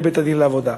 לבית-הדין לעבודה.